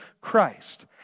Christ